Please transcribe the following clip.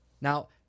Now